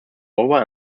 over